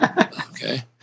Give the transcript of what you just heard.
Okay